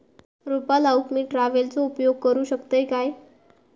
रोपा लाऊक मी ट्रावेलचो उपयोग करू शकतय काय?